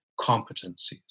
competencies